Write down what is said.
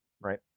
Right